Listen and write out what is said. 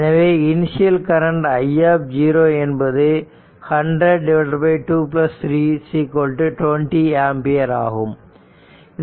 எனவே initial current i என்பது 100 23 20 ampere ஆகும்